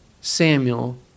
Samuel